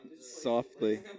softly